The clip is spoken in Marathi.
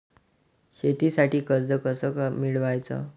शेतीसाठी कर्ज कस मिळवाच?